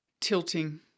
Tilting